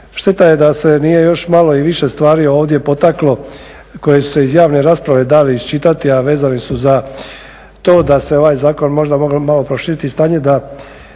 šteta je da se nije još malo i više stvari ovdje potaklo koje su se iz javne rasprave dale iščitati a vezani su za to da se ovaj zakon možda moglo malo proširiti i stanje da